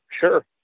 Sure